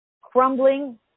crumbling